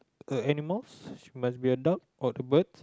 animals must be dog or a bird